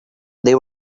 they